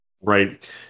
Right